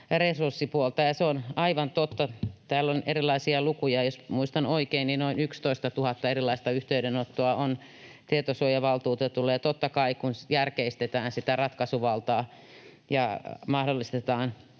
resurssipuolta. Täällä on erilaisia lukuja, ja jos muistan oikein, niin noin 11 000 erilaista yhteydenottoa on tietosuojavaltuutetulle, niin totta kai, kun järkeistetään sitä ratkaisuvaltaa ja mahdollistetaan